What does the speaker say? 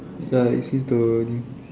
like since the earning